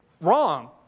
wrong